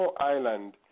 Island